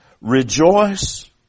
Rejoice